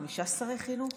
חמישה שרי חינוך?